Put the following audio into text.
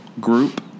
group